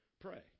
pray